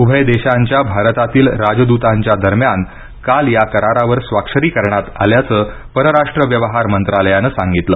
उभय देशांच्या भारतातील राजदूतांच्या दरम्यान काल या करारावर स्वाक्षरी करण्यात आल्याचं परराष्ट्र व्यवहार मंत्रालयानं सांगितलं